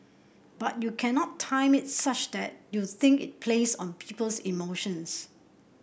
but you cannot time it such that you think it plays on people's emotions